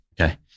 Okay